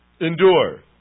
Endure